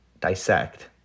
dissect